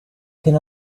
can